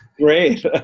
Great